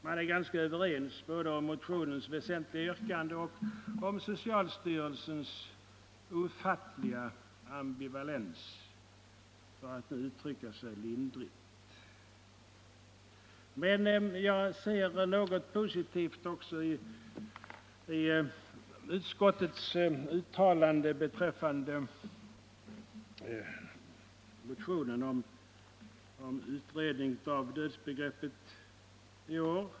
Man är ganska överens, både om motionens väsentliga yrkande och om socialstyrelsens ofattliga ambivalens, för att nu uttrycka sig lindrigt. Men jag ser också något positivt i utskottets uttalande beträffande motionen om utredning av dödsbegreppet i år.